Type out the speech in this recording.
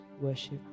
worship